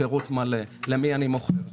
פירוט מלא למי אני מוכר,